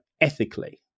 ethically